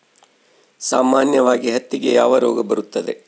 ಸಾಮಾನ್ಯವಾಗಿ ಹತ್ತಿಗೆ ಯಾವ ರೋಗ ಬರುತ್ತದೆ?